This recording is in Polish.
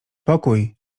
pokój